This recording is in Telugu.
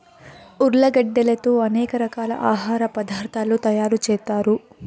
ఉర్లగడ్డలతో అనేక రకాల ఆహార పదార్థాలు తయారు చేత్తారు